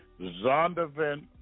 Zondervan